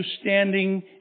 standing